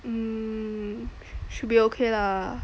um should be okay lah